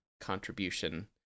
contribution